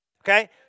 Okay